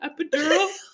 epidural